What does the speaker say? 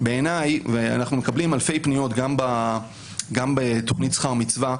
אנחנו מקבלים הרבה פניות בתוכנית "שכר מצווה",